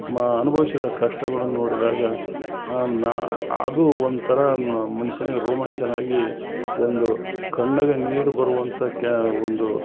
ಅನುಭವಿಸಿದ ಕಷ್ಟಗಳನ್ನು ನೋಡಿದಾಗ ಅನ ಅದು ಒಂಥರ ಮನುಷ್ಯನಿಗೆ ರೋಮಾಂಚನ ಆಗಿ ಒಂದು ಕಣ್ಣಗೆ ನೀರು ಬರುವಂಥಕ್ಯ ಒಂದು